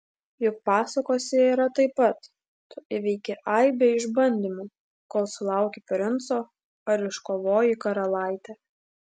juk pasakose yra taip pat tu įveiki aibę išbandymų kol sulauki princo ar iškovoji karalaitę